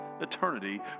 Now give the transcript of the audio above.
eternity